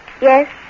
Yes